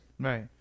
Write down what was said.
Right